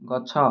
ଗଛ